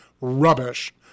rubbish